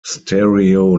stereo